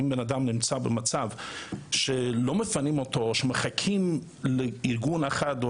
אם בן אדם נמצא במצב שלא מפנים אותו או שמחכים לארגון אחד או